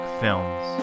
films